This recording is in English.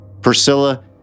Priscilla